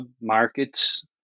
markets